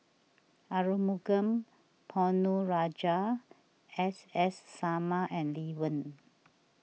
Arumugam Ponnu Rajah S S Sarma and Lee Wen